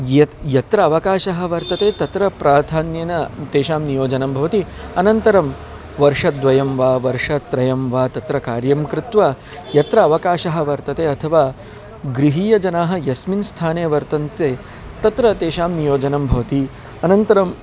यत् यत्र अवकाशः वर्तते तत्र प्राधान्येन तेषां नियोजनं भवति अनन्तरं वर्षद्वयं वा वर्षत्रयं वा तत्र कार्यं कृत्वा यत्र अवकाशः वर्तते अथवा गृहीयजनाः यस्मिन् स्थाने वर्तन्ते तत्र तेषां नियोजनं भवति अनन्तरम्